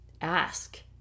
ask